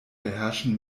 beherrschen